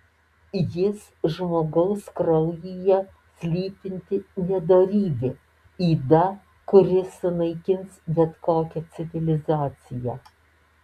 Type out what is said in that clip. jis žmogaus kraujyje slypinti nedorybė yda kuri sunaikins bet kokią civilizaciją